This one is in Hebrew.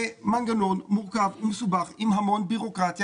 זה מנגנון מורכב ומסובך עם המון בירוקרטיה,